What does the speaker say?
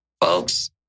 folks